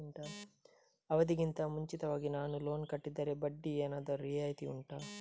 ಅವಧಿ ಗಿಂತ ಮುಂಚಿತವಾಗಿ ನಾನು ಲೋನ್ ಕಟ್ಟಿದರೆ ಬಡ್ಡಿ ಏನಾದರೂ ರಿಯಾಯಿತಿ ಉಂಟಾ